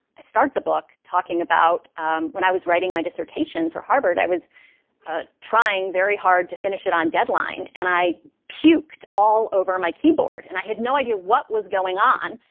i start the book talking about when i was writing my dissertation for harvard. i was trying very hard to finish it on deadline. and i puked all over my keyboard. and i had no idea what was going on.